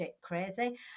crazy